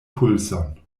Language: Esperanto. pulson